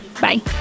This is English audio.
Bye